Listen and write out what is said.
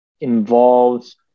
involves